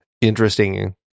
interesting